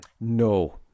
no